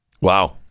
Wow